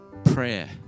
prayer